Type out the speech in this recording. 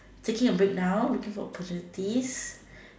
taking a break now looking for opportunities